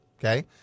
okay